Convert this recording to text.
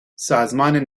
سازمان